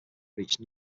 reached